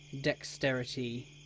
dexterity